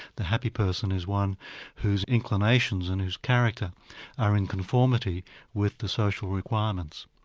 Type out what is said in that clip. the happy person is one whose inclinations and whose character are in conformity with the social requirements.